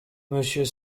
monsieur